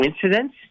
coincidence